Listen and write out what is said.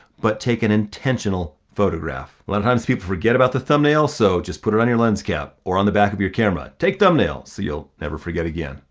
but take an intentional photograph. a lot of times people forget about the thumbnail, so just put it on your lens cap or on the back of your camera. take thumbnails, so you'll never forget again.